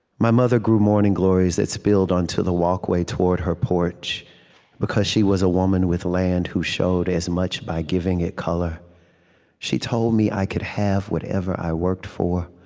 my mother grew morning glories that spilled onto the walkway toward her porch because she was a woman with land who showed as much by giving it color she told me i could have whatever i worked for.